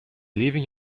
leaving